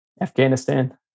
Afghanistan